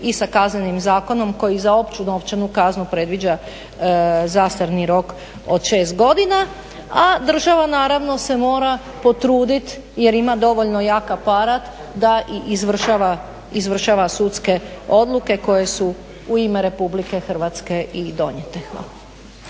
i sa Kaznenim zakonom koji za opću novčanu kaznu predviđa zastarni rok od 6 godina, a država naravno se mora potruditi jer ima dovoljno jak aparat da i izvršava sudske odluke koje su u ime RH i donijete. Hvala.